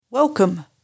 Welcome